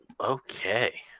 Okay